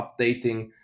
updating